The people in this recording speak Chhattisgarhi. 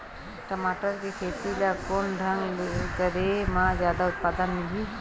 टमाटर के खेती ला कोन ढंग से करे म जादा उत्पादन मिलही?